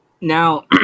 Now